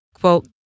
quote